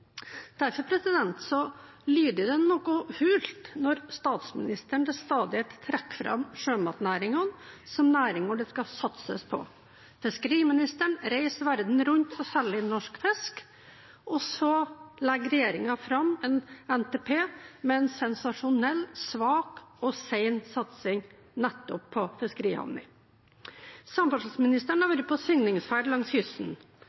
Derfor lyder det noe hult når statsministeren til stadighet trekker fram sjømatnæringene som næringer det skal satses på, og fiskeriministeren reiser verden rundt og selger inn norsk fisk – og så legger regjeringen fram en NTP med en sensasjonell svak og sen satsing på nettopp fiskerihavner. Samferdselsministeren har vært på signingsferd langs kysten.